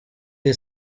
iyi